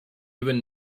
even